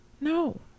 No